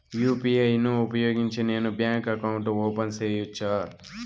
UPI ను ఉపయోగించి నేను బ్యాంకు అకౌంట్ ఓపెన్ సేయొచ్చా?